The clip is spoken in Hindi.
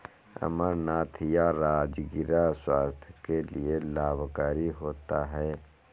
अमरनाथ या राजगिरा स्वास्थ्य के लिए लाभकारी होता है